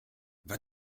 vas